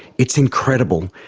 it's incredible,